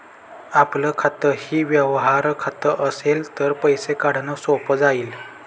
आपलं खातंही व्यवहार खातं असेल तर पैसे काढणं सोपं जाईल